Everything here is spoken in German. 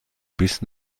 bis